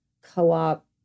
Co-op